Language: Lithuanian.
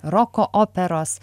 roko operos